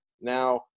Now